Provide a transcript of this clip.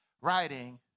writing